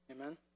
Amen